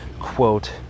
quote